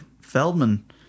Feldman